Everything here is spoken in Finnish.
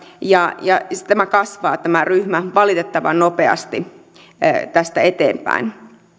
ja ja tämä ryhmä kasvaa valitettavan nopeasti tästä eteenpäin